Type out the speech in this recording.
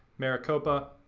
maricopa,